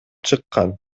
чыккан